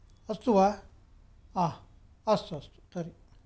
अस्तु वा हा अस्तु अस्तु तर्हि